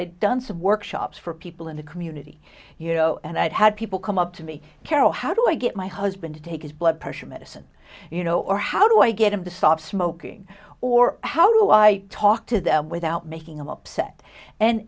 i'd done some workshops for people in the community you know and i've had people come up to me carol how do i get my husband to take his blood pressure medicine you know or how do i get him to stop smoking or how do i talk to them without making him upset and